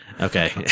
Okay